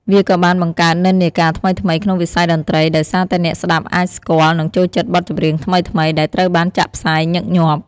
វាក៏បាន បង្កើតនិន្នាការថ្មីៗក្នុងវិស័យតន្ត្រី ដោយសារតែអ្នកស្តាប់អាចស្គាល់ និងចូលចិត្តបទចម្រៀងថ្មីៗ ដែលត្រូវបានចាក់ផ្សាយញឹកញាប់។